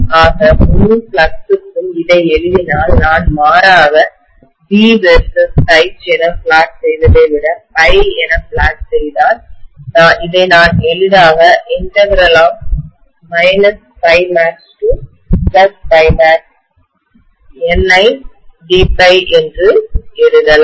ஆக முழு ஃப்ளக்ஸுக்கும் இதை எழுதினால் நான் மாறாக B versus H என பிளாட் செய்வதை விட ∅ என பிளாட் செய்தால் இதை நான் எளிதாக ∅max∅maxNi d∅என்று எழுதலாம்